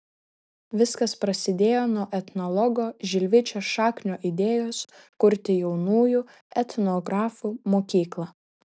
viskas prasidėjo nuo etnologo žilvičio šaknio idėjos kurti jaunųjų etnografų mokyklą